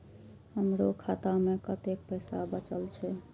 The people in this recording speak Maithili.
हमरो खाता में कतेक पैसा बचल छे?